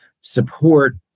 support